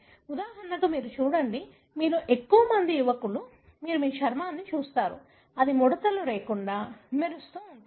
ఉదాహరణకు మీరు చూడండి మీలో ఎక్కువ మంది యువకులు మీరు మా చర్మాన్ని చూస్తారు అది ముడతలు లేకుండా మెరుస్తూ ఉంటుంది